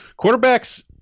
Quarterbacks